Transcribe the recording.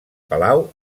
palau